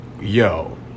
yo